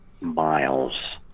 miles